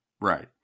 Right